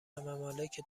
ممالک